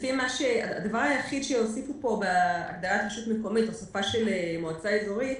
הדבר היחיד שהוסיפו פה בהגדרה של רשות מקומית זה מועצה אזורית.